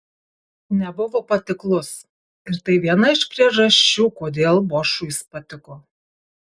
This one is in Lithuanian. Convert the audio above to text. nebuvo patiklus ir tai viena iš priežasčių kodėl bošui jis patiko